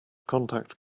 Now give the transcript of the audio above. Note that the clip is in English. contact